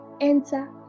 enter